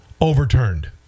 overturned